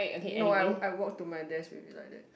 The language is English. no I I walk to my deak will be like that